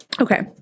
Okay